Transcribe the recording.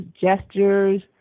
gestures